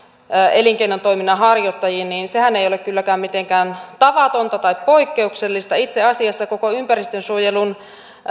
elinkeinotoiminnan harjoittajiin ei ole kylläkään mitenkään tavatonta tai poikkeuksellista itse asiassa koko ympäristönsuojelun